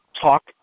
talk